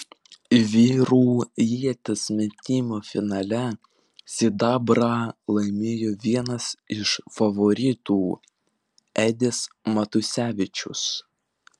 vyrų ieties metimo finale sidabrą laimėjo vienas iš favoritų edis matusevičius